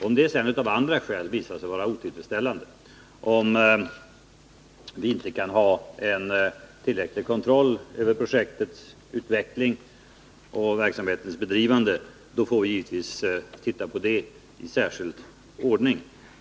Om det sedan av andra skäl visar sig vara otillfredsställande och om vi inte kan ha en tillräcklig kontroll över projektets utveckling och verksamhetens bedrivande, då får vi givetvis se på det i särskild ordning.